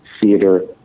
theater